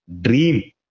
dream